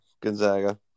Gonzaga